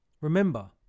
Remember